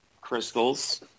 Crystals